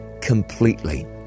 completely